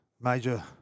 major